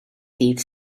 ddydd